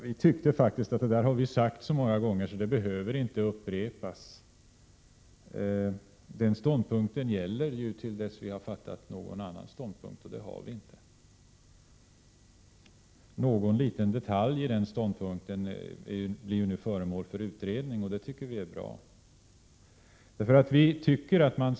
Vi tyckte faktiskt att detta hade sagts så många gånger att det inte behövde upprepas. Den ståndpunkten gäller till dess vi har intagit någon annan ståndpunkt, och det har vi inte gjort. Någon liten detalj i ståndpunkten blir nu föremål för utredning, och det är bra.